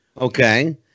Okay